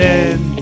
end